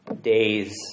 days